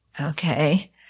okay